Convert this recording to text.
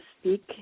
speak